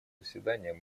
заседания